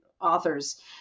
authors